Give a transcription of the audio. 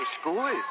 school